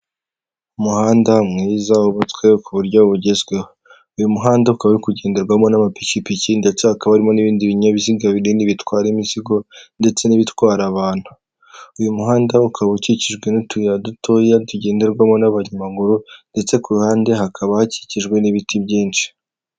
Umuhanda mwiza wubatswe ku buryo bugezweho, uyu muhanda ukaba kugenderwamo n'amapikipiki ndetse hakaba hari n'ibindi binyabiziga binini bitwara imizigo, ndetse n'ibitwara abantu, uyu muhanda ukaba ukikijwe n'utuyira dutoya tugenderwamo n'abanyamaguru, ndetse ku ruhande hakaba hakikijwe n'ibiti byinshi.